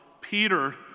Peter